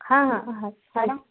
हाँ हाँ हाँ